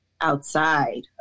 outside